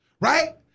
right